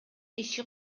иши